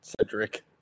Cedric